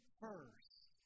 first